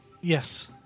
Yes